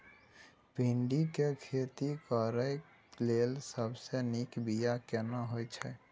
भिंडी के खेती करेक लैल सबसे नीक बिया केना होय छै?